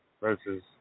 versus